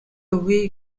өгье